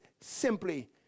simply